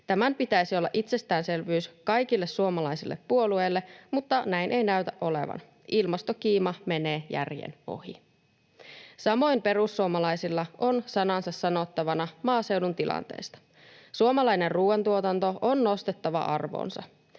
Tämän pitäisi olla itsestäänselvyys kaikille suomalaisille puolueille, mutta näin ei näytä olevan. Ilmastokiima menee järjen ohi. Samoin perussuomalaisilla on sanansa sanottavana maaseudun tilanteesta. Suomalainen ruoantuotanto on nostettava arvoonsa.